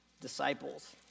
disciples